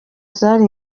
zari